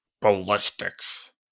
Ballistics